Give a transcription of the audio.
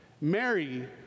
Mary